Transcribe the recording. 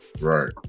Right